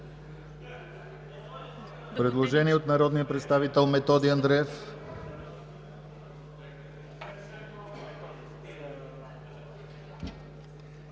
предложение от народния представител Методи Андреев: